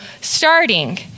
starting